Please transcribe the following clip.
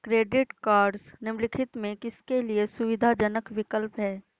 Credit cards निम्नलिखित में से किसके लिए सुविधाजनक विकल्प हैं?